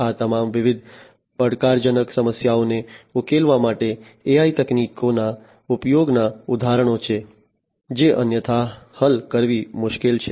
આ તમામ વિવિધ પડકારજનક સમસ્યાઓને ઉકેલવા માટે AI તકનીકોના ઉપયોગના ઉદાહરણો છે જે અન્યથા હલ કરવી મુશ્કેલ છે